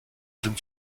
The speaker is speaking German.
sind